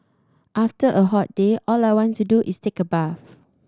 after a hot day all I want to do is take a bath